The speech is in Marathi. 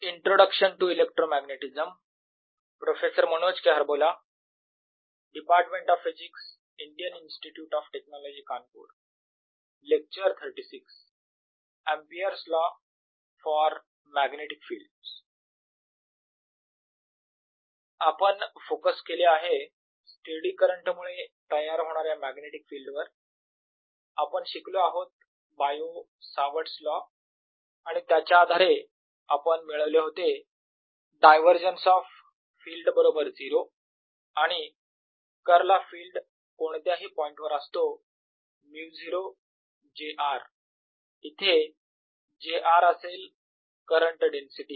Ampere's law for magnetic fields आपण फोकस केले आहे स्टेडी करंट मुळे तयार होणाऱ्या मॅग्नेटिक फिल्ड वर आपण शिकलो आहोत बायो सावर्ट्स लॉ आणि त्याच्या आधारे आपण मिळवले होते डायवरजन्स ऑफ फिल्ड बरोबर 0 आणि कर्ल ऑफ फिल्ड कोणत्याही पॉईंट वर असतो μ0 j r इथे j r असेल करंट डेन्सिटी